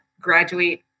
graduate